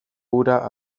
ura